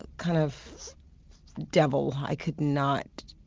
ah kind of devil i could not